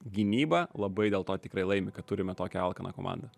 gynyba labai dėl to tikrai laimi kad turime tokią alkaną komandą